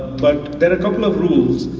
but there are a couple of rules.